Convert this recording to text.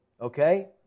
okay